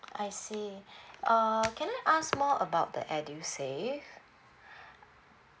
I see uh can I ask more about the edusave